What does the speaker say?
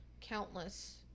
countless